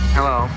Hello